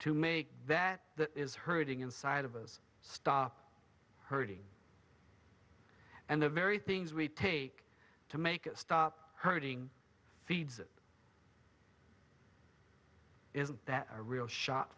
to make that that is hurting inside of us stop hurting and the very things we take to make it stop hurting feeds it isn't that a real shock